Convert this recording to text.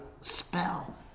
spell